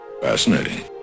Fascinating